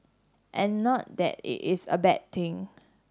and not that it is a bad thing